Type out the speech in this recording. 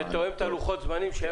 זה תואם את לוחות הזמנים שהיו